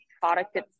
product